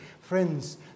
Friends